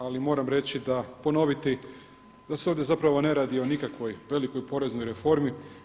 Ali moram reći, ponoviti, da se ovdje zapravo ne radi o nikakvoj velikoj poreznoj reformi.